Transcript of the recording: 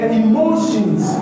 emotions